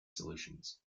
solutions